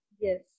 Yes